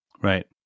Right